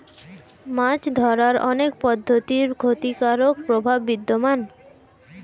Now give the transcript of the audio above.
মাছ ধরার অনেক পদ্ধতির ক্ষতিকারক প্রভাব বিদ্যমান